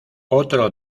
otro